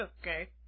Okay